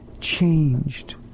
changed